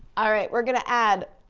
all right, we're gonna add,